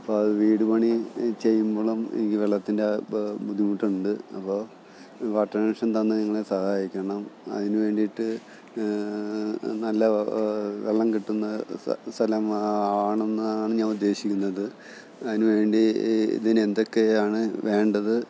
അപ്പോൾ വീടുപണി ചെയ്യുമ്പോഴും ഈ വെള്ളത്തിൻ്റെ ബുദ്ധിമുട്ടുണ്ട് അപ്പോൾ വാട്ടർ കണഷൻ തന്നു നങ്ങളെ സഹായിക്കണം അതിനു വേണ്ടിയിട്ടും നല്ല വെള്ളം കിട്ടുന്ന സ്ഥലമാണെന്നാണ് ഞാൻ ഉദ്ദേശിക്കുന്നത് അതിനു വേണ്ടി ഈ ഇതിന് എന്തൊക്കെയാണ് വേണ്ടത്